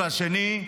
והשני,